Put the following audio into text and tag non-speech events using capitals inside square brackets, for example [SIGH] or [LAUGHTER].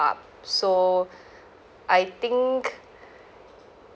so [BREATH] I think